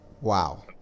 Wow